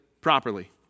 properly